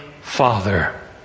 Father